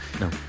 No